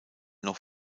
noch